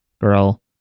girl